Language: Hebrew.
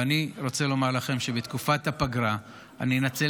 אני רוצה לומר לכם שבתקופת הפגרה אנצל